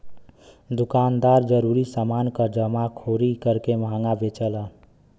दुकानदार जरूरी समान क जमाखोरी करके महंगा बेचलन